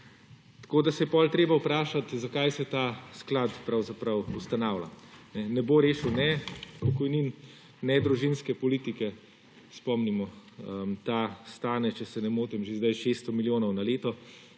Tako da se je potem treba vprašati zakaj se ta sklad pravzaprav ustanavlja. Ne bo rešil ne pokojnin, ne družinske politike. Spomnimo ta stane, če se ne motim, že sedaj 600 milijonov na leto,